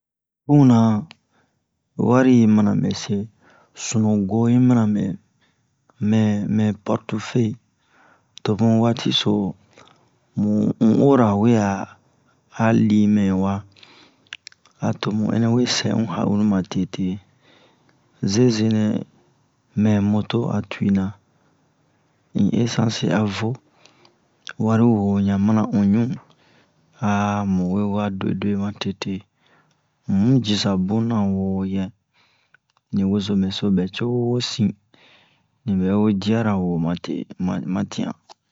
punna wari yi mina mɛ sunuwo yi mina mɛ mɛ mɛ pɔrtofeye to mu waati so mu un'ora we'a a li mɛ wa a to ɛnnɛ we sɛ un ha'iri matete zezenɛ mɛ moto a tuwi na in esansi a vo wari wo ɲan mana un ɲu mu we wa duwe-duwe matete un mi jisa bunna wo yɛ ni wozomɛ so ɓɛ co ho hosin nibɛ we diyara wo ma te ma ma tiyan